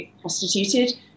prostituted